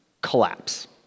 collapse